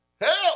Help